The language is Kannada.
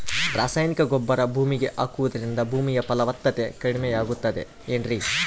ರಾಸಾಯನಿಕ ಗೊಬ್ಬರ ಭೂಮಿಗೆ ಹಾಕುವುದರಿಂದ ಭೂಮಿಯ ಫಲವತ್ತತೆ ಕಡಿಮೆಯಾಗುತ್ತದೆ ಏನ್ರಿ?